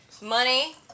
money